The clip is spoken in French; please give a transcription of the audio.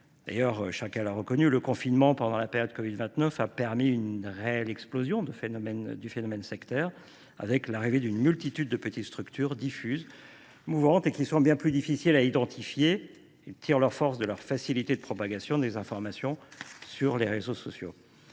On peut noter que le confinement a provoqué une réelle explosion du phénomène sectaire avec l’arrivée d’une multitude de petites structures diffuses, mouvantes, qui sont bien plus difficiles à identifier. Elles tirent leur force de la facilité de propagation des informations sur les réseaux sociaux.